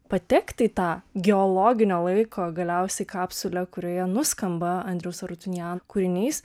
patekti į tą geologinio laiko galiausiai kapsulę kurioje nuskamba andriaus arutinjan kūrinys